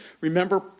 Remember